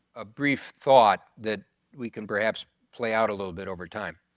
a brief thought that we can perhaps play out a little bit over time.